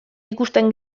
ikusten